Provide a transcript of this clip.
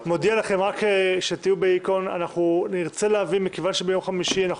אני מודיע לכם שמכיוון שביום חמישי אנחנו